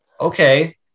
Okay